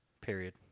period